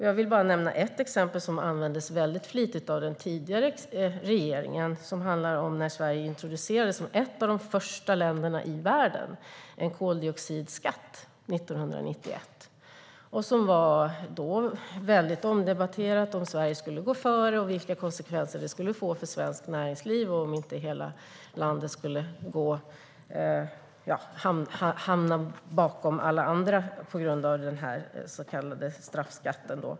Jag vill nämna ett exempel som användes flitigt av den tidigare regeringen och som handlar om när Sverige 1991, som ett av de första länderna i världen, introducerade en koldioxidskatt. Det var då väldigt omdebatterat om Sverige skulle gå före, vilka konsekvenser det skulle få för svenskt näringsliv och om inte hela landet skulle hamna bakom alla andra på grund av den här så kallade straffskatten.